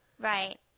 Right